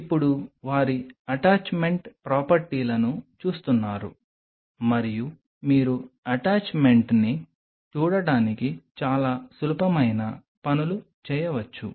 ఇప్పుడు వారి అటాచ్మెంట్ ప్రాపర్టీలను చూస్తున్నారు మరియు మీరు అటాచ్మెంట్ని చూడటానికి చాలా సులభమైన పనులు చేయవచ్చు